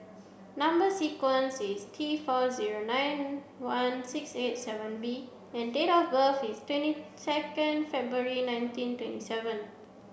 number sequence is T four zero nine one six eight seven V and date of birth is twenty second February nineteen twenty seven